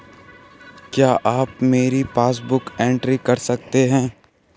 क्या आप मेरी पासबुक बुक एंट्री कर सकते हैं?